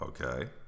Okay